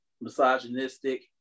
misogynistic